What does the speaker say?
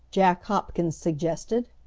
jack hopkins suggested.